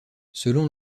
selon